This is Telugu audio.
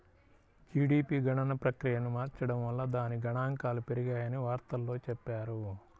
జీడీపీ గణన ప్రక్రియను మార్చడం వల్ల దాని గణాంకాలు పెరిగాయని వార్తల్లో చెప్పారు